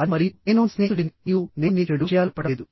అది మరియు నేను ని స్నేహితుడిని మరియు నేను నీకు చెడు విషయాలు చెప్పడం లేదు